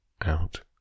out